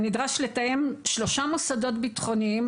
הנדרש לתאם שלושה מוסדות ביטחוניים,